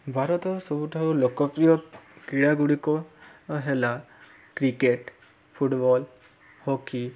ଭାରତର ସବୁଠାରୁ ଲୋକପ୍ରିୟ କ୍ରୀଡ଼ା ଗୁଡ଼ିକ ହେଲା କ୍ରିକେଟ୍ ଫୁଟବଲ୍ ହକି